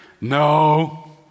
No